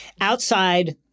Outside